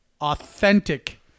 authentic